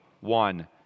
one